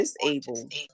disabled